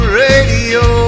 radio